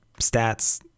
stats